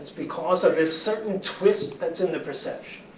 because of a certain twist that's in the perception,